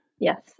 Yes